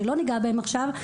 ולא ניגע בהם עכשיו,